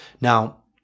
Now